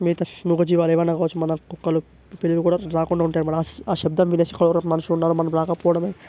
మిగతా మూగజీవాలు ఏమైనా కావచ్చు మన కుక్కలు పిల్లులు కూడా రాకుండా ఉంటాయి అన్నమాట ఆ శబ్దం విని అక్కడెవరో మనుషులున్నారు మనం రాకపోవడమే